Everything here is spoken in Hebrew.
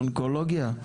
אונקולוגיה?